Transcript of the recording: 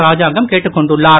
ராஜாங்கம் கேட்டுக்கொண்டுள்ளார்